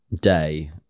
day